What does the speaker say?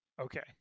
Okay